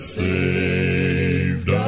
saved